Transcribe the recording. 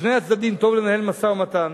לשני הצדדים טוב לנהל משא-ומתן.